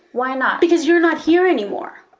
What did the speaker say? why not? because you're not here anymore.